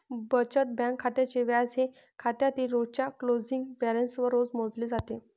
बचत बँक खात्याचे व्याज हे खात्यातील रोजच्या क्लोजिंग बॅलन्सवर रोज मोजले जाते